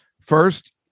first